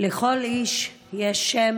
לכל איש יש שם,